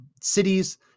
cities